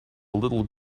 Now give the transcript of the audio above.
little